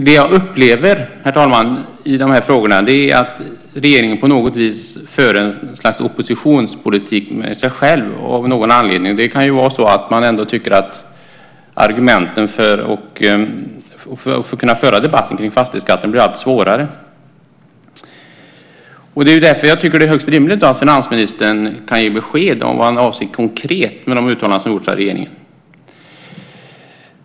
Det jag upplever i de här frågorna är att regeringen på något vis för ett slags oppositionspolitik med sig själv, av någon anledning. Det kan vara så att man tycker att det blir allt svårare att föra debatten om fastighetsskatten. Det är därför jag tycker att det är högst rimligt att finansministern kan ge besked om vad han avser konkret med de uttalanden som har gjorts av regeringen.